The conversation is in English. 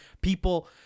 people